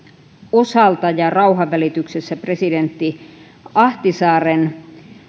osalta ja rauhanvälityksessä presidentti ahtisaaren